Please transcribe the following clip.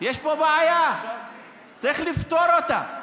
יש פה בעיה, צריך לפתור אותה.